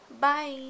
Bye